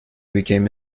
became